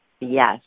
Yes